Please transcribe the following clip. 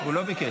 הוא לא ביקש.